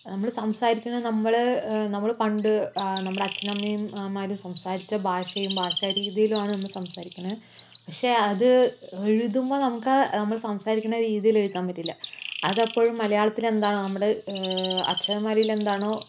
നമ്മള് സംസാരിക്കണ നമ്മള് നമ്മള് പണ്ട് നമ്മുടെ അച്ഛനും അമ്മയും മാരും സംസാരിച്ച ഭാഷയും ഭാഷ രീതിയിലുമാണ് നമ്മള് സംസാരിക്കണത് പക്ഷേ അത് എഴുതുമ്പോൾ നമുക്ക് നമ്മൾ സംസാരിക്കണ രീതിയിലെഴുതാൻ പറ്റില്ല അത് അപ്പഴും മലയാളത്തിലെന്താണോ നമ്മള് അക്ഷരമാലയിലെന്താണോ